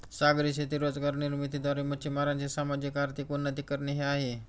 सागरी शेती रोजगार निर्मिती द्वारे, मच्छीमारांचे सामाजिक, आर्थिक उन्नती करणे हे आहे